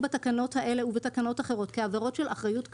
בתקנות האלה ובתקנות אחרות כעבירות של אחריות קפידה,